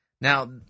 Now